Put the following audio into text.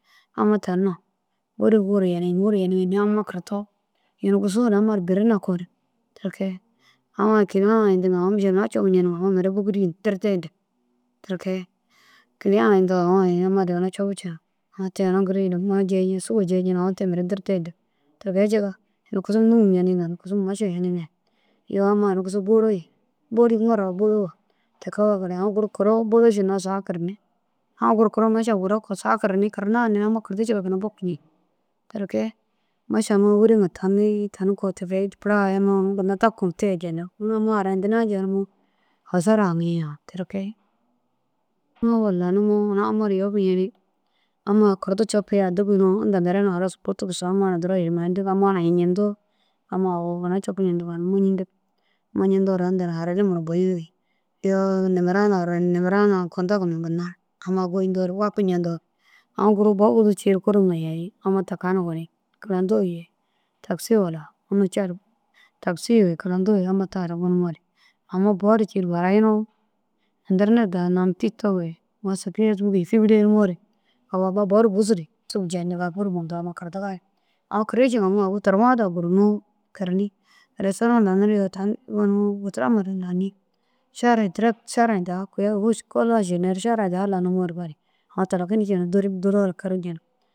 Amma te na buru wuru yenii wuru yenii amma kirdo yunu gisiru ginna amma ru biri nakuure teke. Aũ « ekega » yintiŋa au mîšilu ina cobu nceniŋa au mire bûgiri ni dirde ntig tike. « Kiliya » ntoo au ai amma ru ina cobu ceniga au te ina sûga jeyi nceniŋ au mire « dirde » ntig. Tike jika ini kisum nûŋa yeniŋa ye ini kisum maša yeniŋa ye. Iyoo amma ini kisum bôla ye tike wo gali aũ guru kiroo bôla šinnoo saga kireni. Au guru kiroo maša wura koo saga kireni kirena hine ru amma kirdi cika ginna bokinik. Teke maša amma ai wuruŋa tami tani koo tike pula ai ammai unu ginnai daku te jenirig. Unu ammai harayintina jenimoo hasara haŋi a tike. Unnu gor lanimoo unna amma ru yobi yeni amma kirdi copui addi kino inta mire na halas bu tigissu amma na duro hirime tig amma hayintoo amma au ina copu ncentiga muñinto re inta na harari nima na boyinig. Iyoo nimera na kotogu numa ammai goyinto re wapu ncento re au gur bo buzu cii ru kurum na yenig amma taka na kilôto ye takisi amma tara gonumore ama bo ru cii ru burayinnoo enternet daha nam tîtok ye pibili nimoo re. Amma bor bussu šug jeyintiga bur muntu amma kirdiga au kiri ciiŋa au turowa daha gurunnoo kireni. Restôra laniriyo tani gotoroma daha lani šariya daha direk šariya daha lanimoo re gali au talakini ciiŋa na duruk duuro re kiri ncenig.